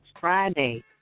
friday